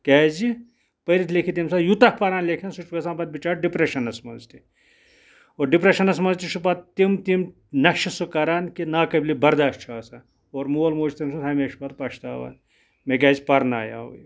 کیٛازِ پٔرِتھ لیکھِتھ ییٚمہِ ساتہٕ یوٗتاہ پَران لیکھان سُہ چھُ پَتہٕ آسان پَتہٕ بِچارٕ ڈِپرٛشَنَس منٛز تہِ اور ڈِپرٛشَنَس منٛز تہِ چھُ پَتہٕ تِم تِم نَشہِ سُہ کَران کہِ ناقٲبلہِ بَرداش چھُ آسان اور مول موج تٔمۍ سُنٛد ہمیشہِ پَتہٕ پَشتاوان مےٚ کیٛازِ پَرنایٛاو یہِ